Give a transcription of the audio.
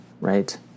right